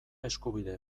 eskubide